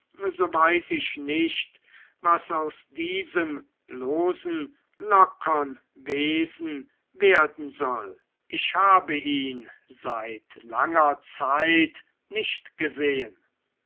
so weiß ich nicht was aus diesem losen lockern wesen werden soll ich habe ihn seit langer zeit nicht gesehen